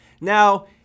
Now